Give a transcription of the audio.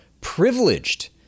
privileged